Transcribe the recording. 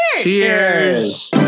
cheers